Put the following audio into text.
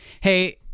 hey—